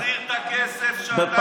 קודם כול תחזיר את הכסף שאתה חייב.